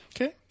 Okay